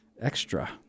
extra